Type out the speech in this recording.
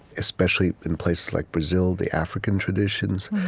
especially in places like brazil, the african traditions,